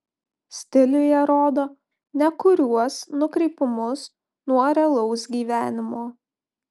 stiliuje rodo nekuriuos nukrypimus nuo realaus gyvenimo